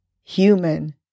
human